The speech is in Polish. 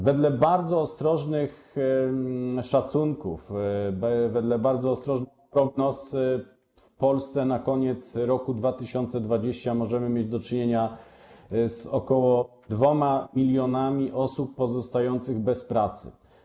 Wedle bardzo ostrożnych szacunków, bardzo ostrożnych prognoz w Polsce na koniec roku 2020 możemy mieć do czynienia z ok. 2 mln osób pozostających bez pracy.